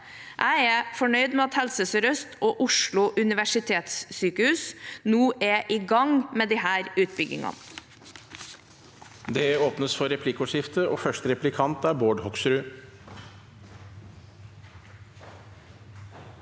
Jeg er fornøyd med at Helse Sør-Øst og Oslo universitetssykehus nå er i gang med disse utbyggingene.